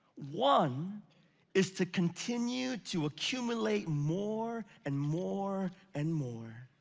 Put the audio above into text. one is to continue to accumulate more and more and more.